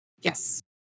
Yes